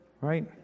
Right